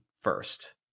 first